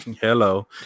Hello